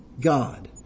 God